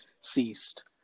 ceased